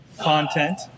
content